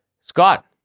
Scott